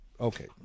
Okay